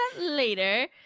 later